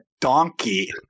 Donkey